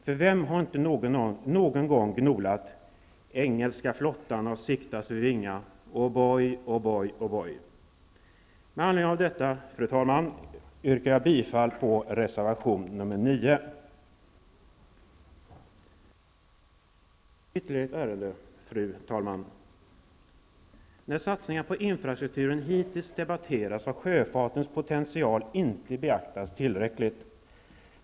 För vem har inte någon gång gnolat ''Engelska flottan har siktats vid Vinga -- Med anledning av detta, fru talman, yrkar jag bifall till reservation 9. Ytterligare ett ärende, fru talman! När satsningen på infrastrukturen hittills debatterats har sjöfartens potential inte beaktats tillräckligt.